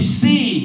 see